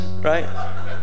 right